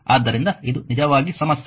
ಆದ್ದರಿಂದ ಇದು ನಿಜವಾಗಿ ಸಮಸ್ಯೆ